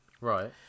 right